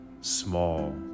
small